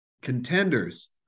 Contenders